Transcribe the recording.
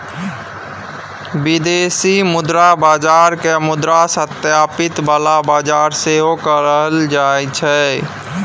बिदेशी मुद्रा बजार केँ मुद्रा स्थायित्व बला बजार सेहो कहल जाइ छै